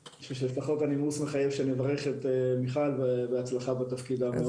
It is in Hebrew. הנימוס מחייב ואני מברך אותה בהצלחה בתפקיד החדש.